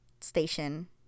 station